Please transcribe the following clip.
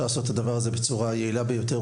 לעשות את הדבר הזה בצורה היעילה ביותר.